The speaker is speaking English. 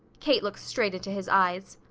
kate looked straight into his eyes.